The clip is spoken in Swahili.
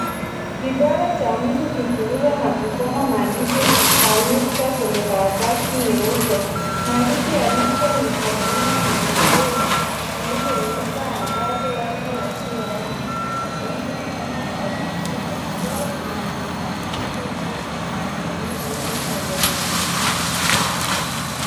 Kidole cha mtu kikigusa na kusoma maandishi ya nukta kwenye karatasi nyeupe. Maandishi ya nukta ni bonyea ndogondogo zilizoinuka ambazo watu wasioona hutumia kugusa kwa kusoma. Kidole kinaonekana kikiwa juu ya bonyeo hiyo kwa uangalifu.